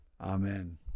Amen